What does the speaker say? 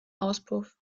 auspuff